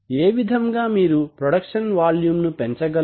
ఏ విధంగా మీరు production volume ను పెంచగలరు